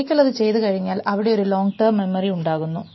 ഒരിക്കൽ അത് ചെയ്തു കഴിഞ്ഞാൽ അവിടെ ഒരു ലോങ്ങ് ടേം മെമ്മറി ഉണ്ടാകുന്നു